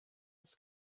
das